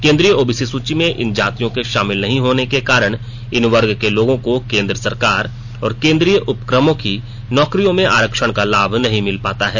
केन्द्रीय ओबीसी सूची में इन जातियों के शामिल नहीं होने के कारण इन वर्ग के लोगों को केन्द्र सरकार और केन्द्रीय उपकमों की नौकरियों में आरक्षण का लाभ नहीं मिल पाता है